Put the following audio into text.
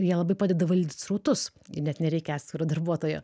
jie labai padeda valdyt srautus ir net nereikia atskiro darbuotojo